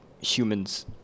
humans